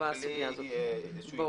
גם